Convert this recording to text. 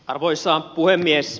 arvoisa puhemies